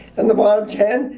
and the bottom ten,